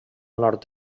nord